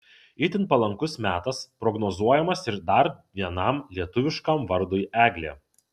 itin palankus metas prognozuojamas ir dar vienam lietuviškam vardui eglė